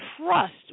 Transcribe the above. Trust